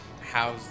How's